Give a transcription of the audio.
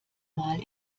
mal